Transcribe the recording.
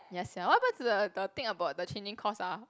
ya sia what happen the the thing about the changing course ah